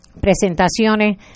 presentaciones